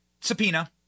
subpoena